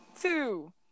two